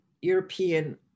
European